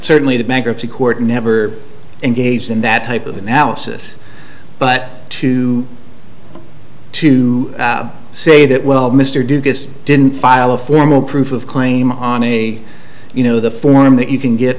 certainly the bankruptcy court never engaged in that type of analysis but to to say that well mr ducasse didn't file a formal proof of claim on me you know the form that you can get